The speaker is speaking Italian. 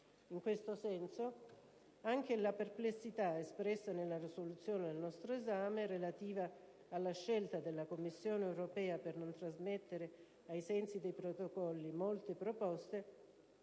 In questo senso anche la perplessità, espressa nella risoluzione al nostro esame, relativa alla scelta della Commissione europea di non trasmettere ai sensi dei Protocolli molte proposte